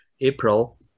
April